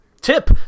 Tip